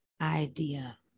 idea